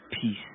peace